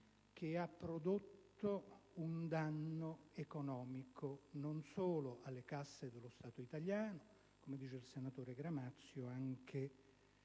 che ha prodotto un danno economico non solo alle casse dello Stato italiano ma, come dice il senatore Gramazio, ma anche